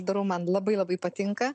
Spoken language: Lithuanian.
darau man labai labai patinka